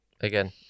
again